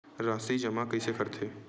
राशि जमा कइसे करथे?